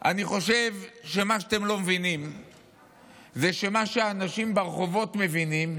אני חושב שמה שאתם לא מבינים זה שמה שהאנשים ברחובות מבינים